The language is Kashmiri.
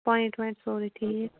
پُویِنٛٹ وُویِنٛٹ سورُے ٹھیٖک